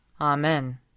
Amen